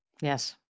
Yes